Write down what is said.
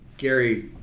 Gary